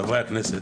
חברי הכנסת,